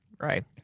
Right